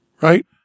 right